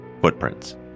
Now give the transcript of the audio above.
footprints